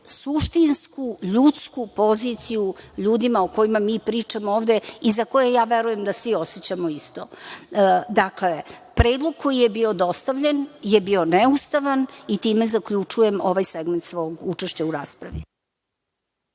suštinsku, ljudsku poziciju ljudima o kojima mi pričamo ovde i za koje ja verujem da svi osećamo isto. Dakle, predlog koji je bio dostavljen je bio neustavan i time zaključujem ovaj segment svog učešća u raspravi.